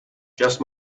just